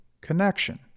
connection